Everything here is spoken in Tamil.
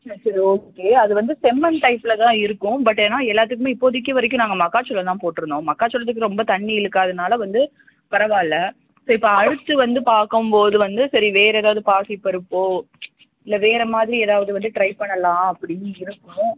ஆ சரி ஓகே அது வந்து செம்மண் டைப்லதான் இருக்கும் பட் ஏன்னா எல்லாத்துக்குமே இப்போதைக்கி வரைக்கும் நாங்கள் மக்காச்சோளம் தான் போட்டிருந்தோம் மக்காச்சோளத்துக்கு ரொம்ப தண்ணி இழுக்காதுனால வந்து பரவாயில்ல ஸோ இப்போ அடுத்து வந்து பார்க்கம் போது வந்து சரி வேற ஏதாவது பாசிப்பருப்போ இல்லை வேற மாதிரி எதாவது வந்து ட்ரைப் பண்ணலாம் அப்படின்னு இருக்கோம்